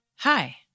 Hi